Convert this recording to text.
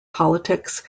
politics